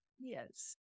Yes